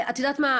את יודעת מה,